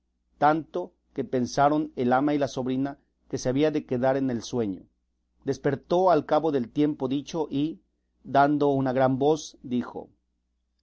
tanto que pensaron el ama y la sobrina que se había de quedar en el sueño despertó al cabo del tiempo dicho y dando una gran voz dijo